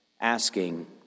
asking